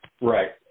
Right